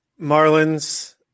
Marlins